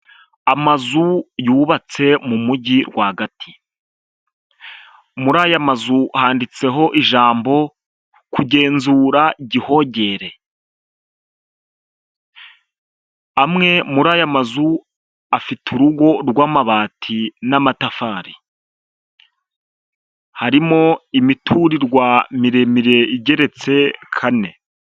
Amazu yubatse mu mujyi rwagati, muri aya mazu handitseho ijambo kugenzura Gihogere, amwe muri aya mazu afite urugo rw'amabati n'amatafari, harimo imiturirwa miremire igeretse kane.